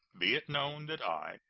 be it known that i,